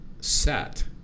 set